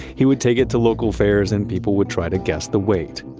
he would take it to local fairs, and people would try to guess the weight.